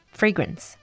fragrance